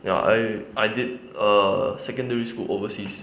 ya I I did err secondary school overseas